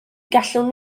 gallwn